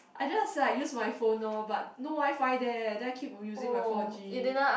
I just like use my phone lor but no Wi-Fi there then I keep using my four G